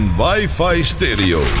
wifi-stereo